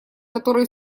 которые